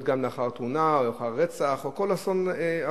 וזה יכול להיות גם לאחר תאונה או רצח או כל אסון אחר.